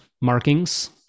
markings